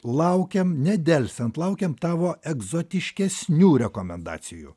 laukiam nedelsiant laukiam tavo egzotiškesnių rekomendacijų